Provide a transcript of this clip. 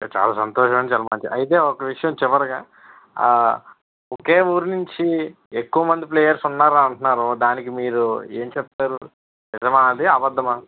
okay చాలా సంతోషమండి చాలా మంచి అయితే ఒక్క విషయం చివరిగా ఓకే ఊరునుంచి ఎక్కువమంది ప్లేయర్స్ ఉన్నారు అంటున్నారు దానికి మీరు ఏమి చెప్తారు నిజమా అది అబద్దమా